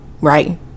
right